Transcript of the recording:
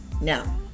Now